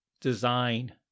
design